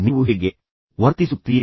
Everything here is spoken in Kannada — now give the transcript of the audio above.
ನೀವು ಹೇಗೆ ವರ್ತಿಸುತ್ತೀರಿ